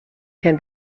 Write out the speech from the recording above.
can